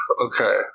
Okay